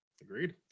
Agreed